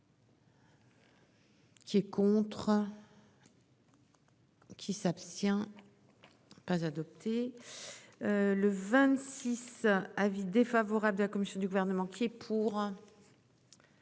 Qui est contre. Qui s'abstient. Pas adopté. Le 26. Avis défavorable de la commission du gouvernement qui est pour.